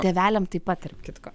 tėveliam taip pat tarp kitko